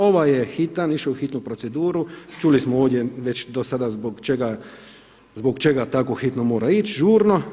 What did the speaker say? Ovaj je hitan, išao u hitnu proceduru, čuli smo ovdje već do sada zbog čega takvo hitno mora ići, žurno.